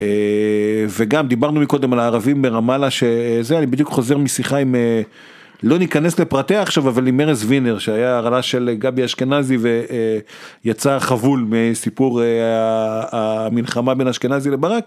אה... וגם דיברנו מקודם על הערבים ברמאלה שזה אני בדיוק חוזר משיחה עם אה... לא ניכנס לפרטי עכשיו, אבל עם ארז ווינר שהיה הרל"ש של גבי אשכנזי ואה... יצא חבול מסיפור המלחמה בין אשכנזי לברק...